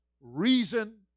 reason